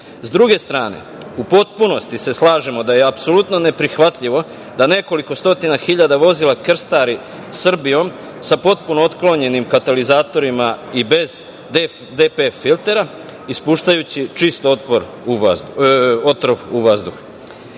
druge strane, u potpunosti se slažemo da je apsolutno ne prihvatljivo da nekoliko stotina hiljada vozila krstari Srbijom sa potpuno otklonjenim katalizatorima i bez DPF filtera ispuštajući čist otrov u vazduh.